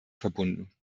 verbunden